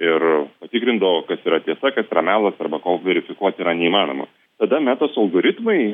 ir patikrindavo kas yra tiesa kas yra melas arba ko verifikuot yra neįmanoma tada metos algoritmai